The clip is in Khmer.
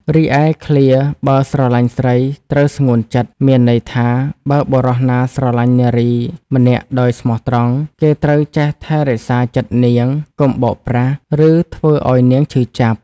រីឯឃ្លា បើស្រឡាញ់ស្រី ត្រូវស្ងួនចិត្ត មានន័យថា បើបុរសណាស្រឡាញ់នារីម្នាក់ដោយស្មោះត្រង់ គេត្រូវចេះថែរក្សាចិត្តនាង កុំបោកប្រាស់ ឬធ្វើឱ្យនាងឈឺចាប់។